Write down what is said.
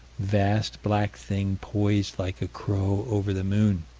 vast, black thing poised like a crow over the moon.